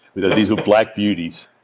but these were black beauties,